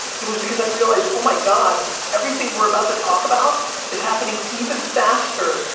it was because i realized, oh my god, everything we're about to talk about is happening even faster,